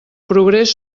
progrés